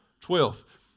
Twelfth